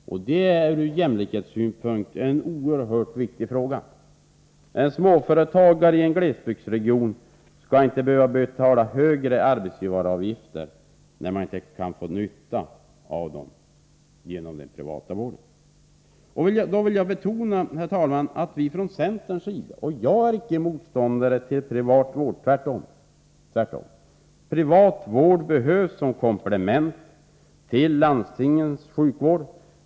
Det är ur jämlikhetssynpunkt en oerhört viktig fråga. En småföretagare i en glesbygdsregion skall inte behöva betala högre arbetsgivaravgifter utan att kunna få nytta av dem genom privat vård. Jag vill betona, herr talman, att vi från centern och jag själv inte är motståndare till privat vård — tvärtom. Privat vård behövs som komplement till landstingens sjukvård.